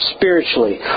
spiritually